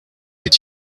did